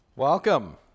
Welcome